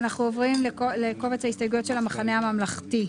אנחנו עוברים לקובץ ההסתייגויות של "המחנה הממלכתי".